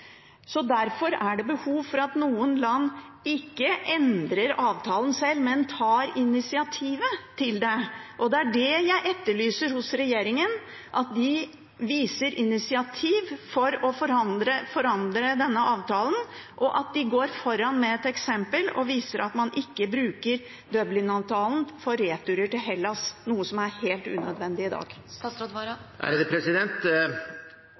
Derfor er det behov for at land ikke endrer avtalen selv, men tar initiativet til det. Det er det jeg etterlyser hos regjeringen – at de viser initiativ til å forandre denne avtalen, at de går foran med et godt eksempel og viser at man ikke bruker Dublin-avtalen til returer til Hellas, noe som er helt unødvendig i dag.